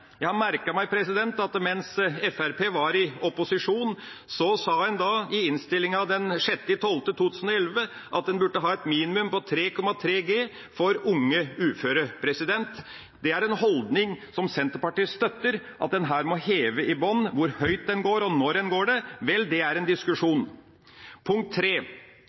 opposisjon, sa de i innstillinga av 6. desember 2011 at en burde ha et minimum på 3,3 G for unge uføre. Det er en holdning som Senterpartiet støtter – en må heve i bunnen. Hvor høyt en hever og når en gjør det, vel, det er en diskusjon. Punkt